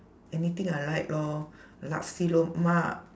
anything I like lor nasi lemak